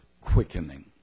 quickening